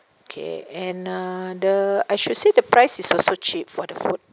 okay another I should say the price is also cheap for the food